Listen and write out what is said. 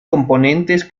componentes